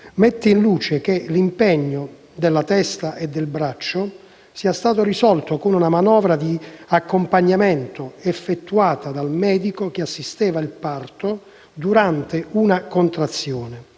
mette in luce che l'impegno della testa e del braccio sia stato risolto con una manovra di accompagnamento effettuata dal medico che assisteva il parto durante una contrazione.